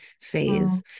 phase